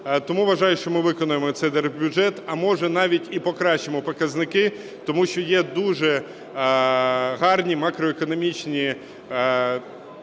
Тому вважаю, що ми виконаємо цей держбюджет, а може, навіть і покращимо показники, тому що є дуже гарні макроекономічні